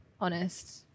honest